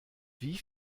wie